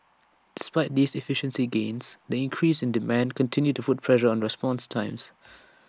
despite these efficiency gains the increases in demand continue to put pressure on response times